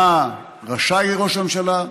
מה רשאי ראש הממשלה,